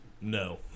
No